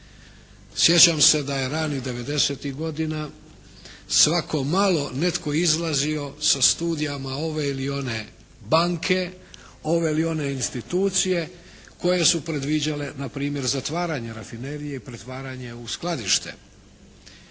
Sjećam se da je ranih 90-gih godina svako malo netko izlazio sa studijama ove ili one banke, ove ili one institucije koje su predviđale npr. zatvaranje rafinerije i pretvaranje u skladište.